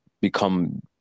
become